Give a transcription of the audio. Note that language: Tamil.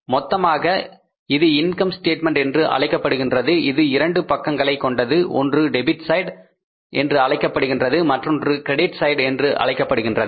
மொத்தமாக இது இன்கம் ஸ்டேட்மென்ட் என்று அழைக்கப்படுகின்றது இது இரண்டு பக்கங்களைக் கொண்டது 1 டெபிட் சைடு என்று அழைக்கப்படுகின்றது மற்றொன்று கிரெடிட் சைடு என்று அழைக்கப்படுகின்றது